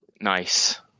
nice